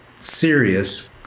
serious